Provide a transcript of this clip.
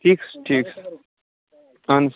ٹھیٖک ٹھیٖک اہن حظ